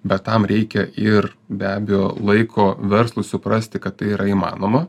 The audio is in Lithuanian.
bet tam reikia ir be abejo laiko verslui suprasti kad tai yra įmanoma